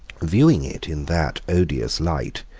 viewing it in that odious light,